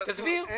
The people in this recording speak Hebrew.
תסביר.